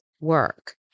work